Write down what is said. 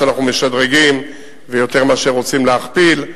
שאנחנו משדרגים ויותר מאשר רוצים להכפיל.